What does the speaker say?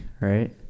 right